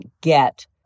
get